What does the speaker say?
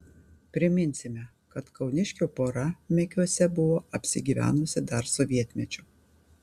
priminsime kad kauniškių pora mekiuose buvo apsigyvenusi dar sovietmečiu